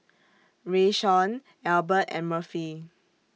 Rayshawn Elbert and Murphy